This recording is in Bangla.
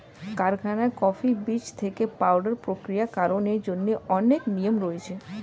কারখানায় কফি বীজ থেকে পাউডার প্রক্রিয়াকরণের জন্য অনেক নিয়ম রয়েছে